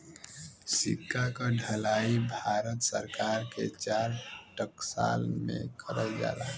सिक्का क ढलाई भारत सरकार के चार टकसाल में करल जाला